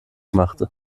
machte